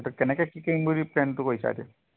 এইটো কেনেকৈ কি কৰিম বুলি প্লেনটো কৰিছা এতিয়া